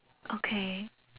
okay